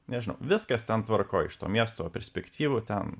nežinau viskas ten tvarkoj iš to miesto perspektyvų ten